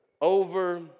over